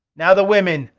now the women.